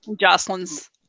Jocelyn's